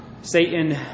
Satan